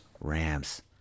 Rams